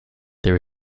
there